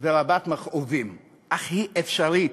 ורבת מכאובים, אך היא אפשרית.